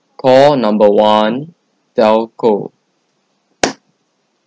call number one telco